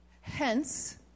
Hence